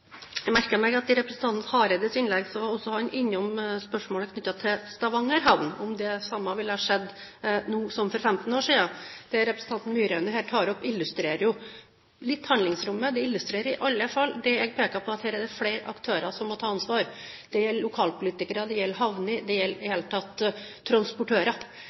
Jeg merket meg at representanten Hareide i sitt innlegg også var innom spørsmålet knyttet til Stavanger havn – om det samme ville ha skjedd nå som for 15 år siden. Det representanten Myraune her tar opp, illustrerer jo litt handlingsrommet, det illustrerer i alle fall det jeg peker på, at her er det flere aktører som må ta ansvar. Det gjelder lokalpolitikere, det gjelder havner, det gjelder transportører – i det hele tatt.